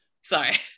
Sorry